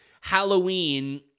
Halloween